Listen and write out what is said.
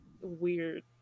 weird